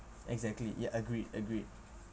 exactly ya agreed agreed